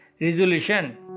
resolution